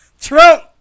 Trump